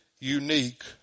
unique